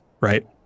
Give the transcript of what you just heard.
Right